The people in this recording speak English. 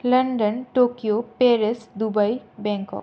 London Tokyo Paris Dubai Bangkok